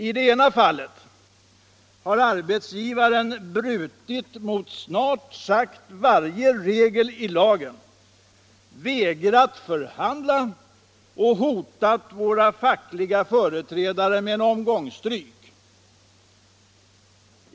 I det ena fallet har arbetsgivaren brutit mot snart sagt varje regel i lagen, vägrat förhandla och hotat våra fackliga företrädare med en omgång stryk.